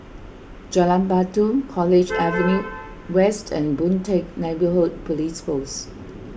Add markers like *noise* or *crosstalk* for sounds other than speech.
Jalan Batu College *noise* Avenue West and Boon Teck Neighbourhood Police Post